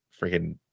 freaking